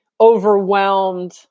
overwhelmed